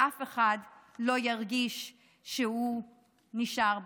שאף אחד לא ירגיש שהוא נשאר בחוץ.